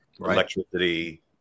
electricity